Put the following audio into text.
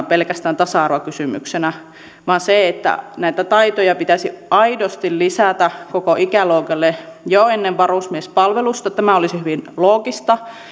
pelkästään tasa arvokysymyksenä vaan näitä taitoja pitäisi aidosti lisätä koko ikäluokalle jo ennen varusmiespalvelusta tämä olisi hyvin loogista